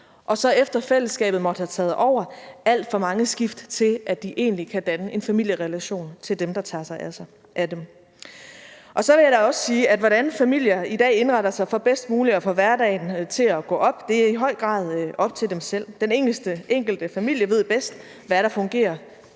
og så, efter fællesskabet måtte have taget over: alt for mange skift til, at de egentlig kan danne en familierelation til dem, der tager sig af dem. Så vil jeg da også sige, at hvordan familier i dag indretter sig for bedst muligt at få hverdagen til at gå op, er i høj grad op til dem selv. Den enkelte familie ved bedst, hvad der fungerer